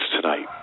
tonight